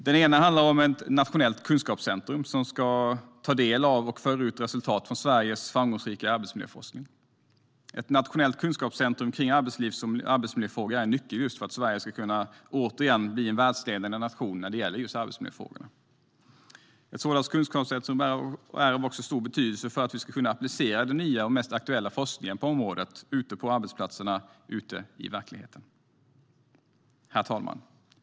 Den ena handlar om ett nationellt kunskapscentrum som ska ta del av och föra ut resultat från Sveriges framgångsrika arbetsmiljöforskning. Ett nationellt kunskapscentrum för arbetslivs och arbetsmiljöfrågor är en nyckel för att Sverige återigen ska bli en världsledande nation när det gäller arbetsmiljöfrågor. Ett sådant kunskapscentrum är också av stor betydelse för att vi ska kunna applicera den nya och mest aktuella forskningen inom området på arbetsplatserna, ute i verkligheten. Herr talman!